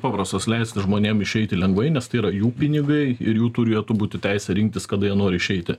paprastas leisti žmonėm išeiti lengvai nes tai yra jų pinigai ir jų turėtų būti teisė rinktis kada jie nori išeiti